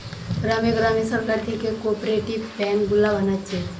গ্রামে গ্রামে সরকার থিকে কোপরেটিভ বেঙ্ক গুলা বানাচ্ছে